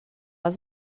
als